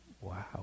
wow